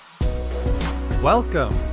Welcome